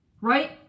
Right